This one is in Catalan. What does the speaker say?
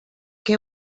que